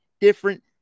different